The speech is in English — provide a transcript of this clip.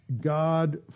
God